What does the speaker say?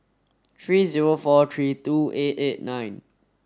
three zero four three two eight eight nine